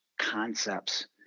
concepts